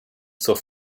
zur